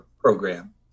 program